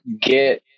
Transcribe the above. get